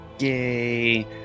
Yay